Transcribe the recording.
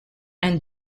and